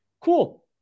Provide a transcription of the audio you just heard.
Cool